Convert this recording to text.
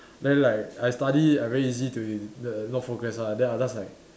then like I study I very easy to n~ not focus ah then I'm just like